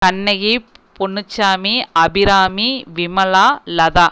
Kannagi Ponnusamy Abirami Vimala Latha